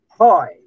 hi